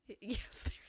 yes